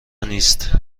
نیست